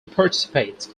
participates